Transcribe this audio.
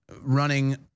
running